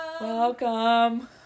Welcome